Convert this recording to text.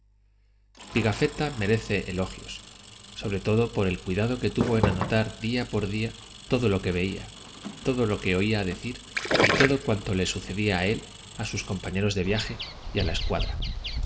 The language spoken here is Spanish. pigafetta merece elogios sobre todo por el cuidado que tuvo en anotar día por día todo lo que veía todo lo que oía decir y todo cuanto les sucedía a él a sus compañeros de viaje y a la escuadra